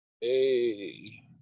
Hey